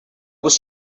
was